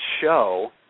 show